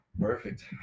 Perfect